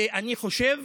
ואני חושב